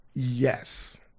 Yes